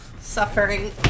Suffering